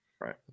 Right